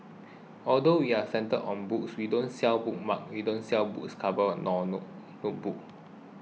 although we're centred on books we don't sell bookmark we don't sell books covers or notebook